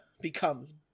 becomes